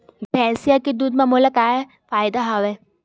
भैंसिया के दूध म मोला का फ़ायदा हवय?